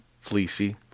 Fleecy